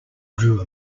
drew